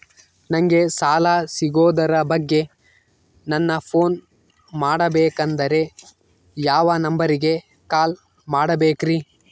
ನಂಗೆ ಸಾಲ ಸಿಗೋದರ ಬಗ್ಗೆ ನನ್ನ ಪೋನ್ ಮಾಡಬೇಕಂದರೆ ಯಾವ ನಂಬರಿಗೆ ಕಾಲ್ ಮಾಡಬೇಕ್ರಿ?